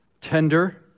tender